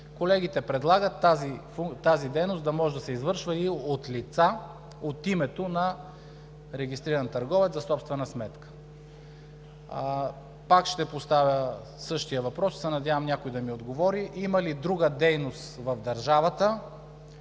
Колегите предлагат тази дейност да може да се извършва и от лица от името на регистриран търговец за собствена сметка. Пак се поставя същият въпрос и се надявам някой да ми отговори: има ли друга дейност в държавата,